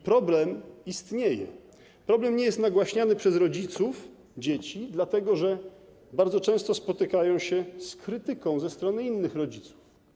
Problem istnieje, problem nie jest nagłaśniany przez rodziców dzieci, dlatego że bardzo często spotykają się oni z krytyką ze strony innych rodziców.